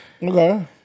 Okay